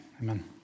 Amen